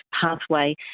pathway